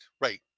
right